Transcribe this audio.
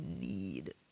need